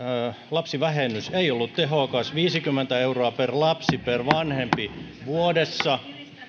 lapsivähennys ei ollut tehokas viisikymmentä euroa per lapsi per vanhempi vuodessa